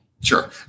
Sure